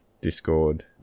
Discord